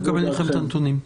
הנתונים.